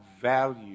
value